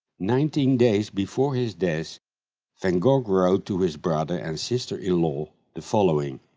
nineteen days before his death van gogh wrote to his brother and sister-in-law the following